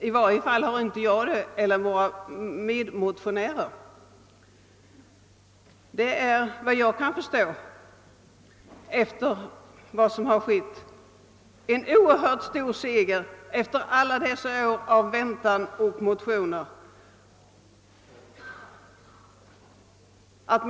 I varje fall har inte jag och mina medmotionärer det. Detta är, såvitt jag kan förstå, en oer hört stor seger efter alla dessa år av väntan på något som så många hoppats på.